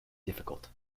difficult